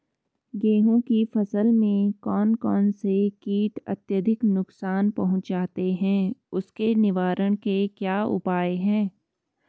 गेहूँ की फसल में कौन कौन से कीट अत्यधिक नुकसान पहुंचाते हैं उसके निवारण के क्या उपाय हैं?